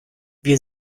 wir